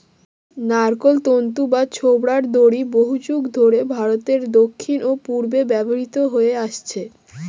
নারকোল তন্তু বা ছোবড়ার দড়ি বহুযুগ ধরে ভারতের দক্ষিণ ও পূর্বে ব্যবহৃত হয়ে আসছে